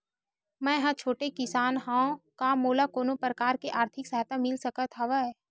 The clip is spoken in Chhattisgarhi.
मै ह छोटे किसान हंव का मोला कोनो प्रकार के आर्थिक सहायता मिल सकत हवय?